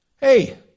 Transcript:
Hey